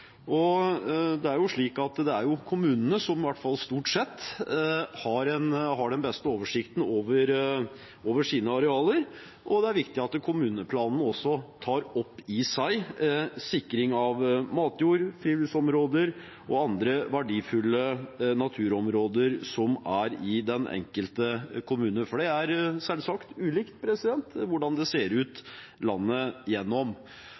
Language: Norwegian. Det er jo kommunene som, i hvert fall stort sett, har den beste oversikten over sine arealer, og det er viktig at kommuneplanene tar opp i seg sikring av matjord, friluftsområder og andre verdifulle naturområder i den enkelte kommune – for det er selvsagt ulikt hvordan det ser